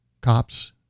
Cops